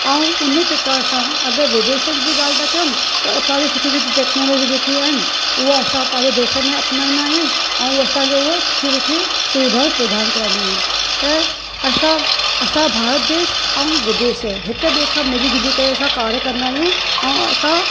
ऐं हुन प्रकार सां अगरि विदेशनि जी ॻाल्हि था कयुमि त उतां जी सुठी सुठी टेक्नोलॉजी जेकियूं आहिनि उहा असां पंहिंजे देश में अपनाईंदा आहियूं ऐं असांजो उहो सुठी सुठी सुविधा प्रधान कराईंदा आहिनि त असां असांजो भारत देश ऐं विदेश हिकु ॿिएं खां मिली झुली करे असां कार्य कंदा आहियूं ऐं असां